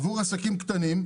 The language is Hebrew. עבור העסקים הקטנים,